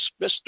mr